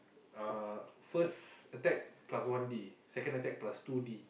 uh first attack plus one D second attack plus two D